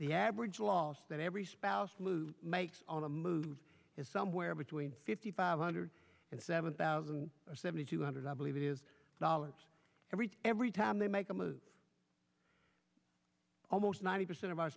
the average loss that every spouse lose makes all the move is somewhere between fifty five hundred and seven thousand seventy two hundred i believe it is dollars every every time they make a move almost ninety percent of our